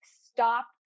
stop